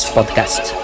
Podcast